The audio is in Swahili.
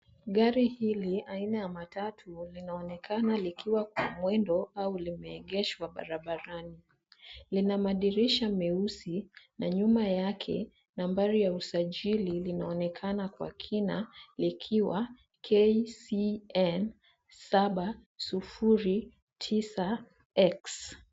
Gari hili aina ya matatu linaonekana likiwa kwa mwendo au limeegeshwa barabarani. Lina madirisha meusi na nyuma yake nambari ya usajili linaonekana kwa kina likiwa KCN 709X.